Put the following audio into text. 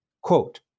Quote